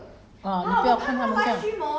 but 他们有些是 professional 的 leh